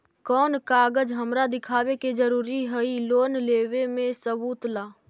कौन कागज हमरा दिखावे के जरूरी हई लोन लेवे में सबूत ला?